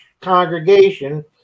congregation